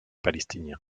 palestiniens